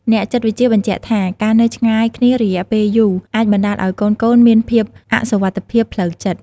អ្នកចិត្តវិទ្យាបញ្ជាក់ថា ការនៅឆ្ងាយគ្នារយៈពេលយូរអាចបណ្តាលឲ្យកូនៗមានភាពអសុវត្ថិភាពផ្លូវចិត្ត។